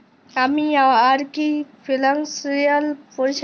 আমি আর কি কি ফিনান্সসিয়াল পরিষেবা পাব?